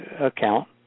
account